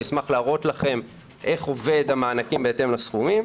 אני גם אשמח להראות לכם איך עובדים המענקים בהתאם לסכומים,